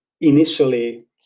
initially